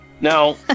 Now